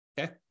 Okay